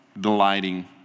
delighting